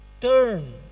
turn